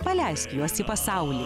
paleisk juos į pasaulį